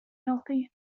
healthy